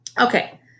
Okay